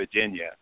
Virginia